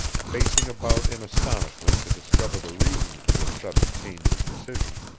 facing about in astonishment to discover the reason for this sudden change of decision,